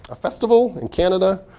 ah festival in canada.